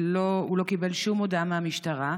לא, הוא לא קיבל שום הודעה מהמשטרה.